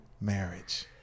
marriage